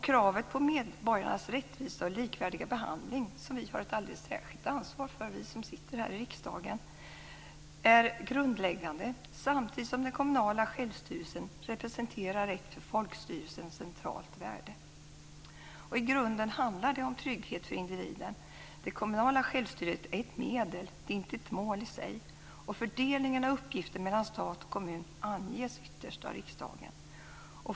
Kravet på medborgarnas rättvisa och likvärdiga behandling, som vi som sitter här i riksdagen har ett alldeles särskilt ansvar för, är grundläggande samtidigt som den kommunala självstyrelsen representerar ett för folkstyrelsen centralt värde. I grunden handlar det om trygghet för individen. Det kommunala självstyret är ett medel. Det är inte ett mål i sig. Fördelningen av uppgifter mellan stat och kommun anges ytterst av riksdagen.